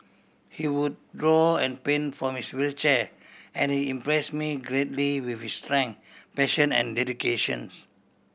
he would draw and paint from his wheelchair and he impress me greatly with his strength passion and dedications